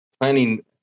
planning